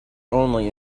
only